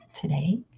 today